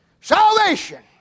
Salvation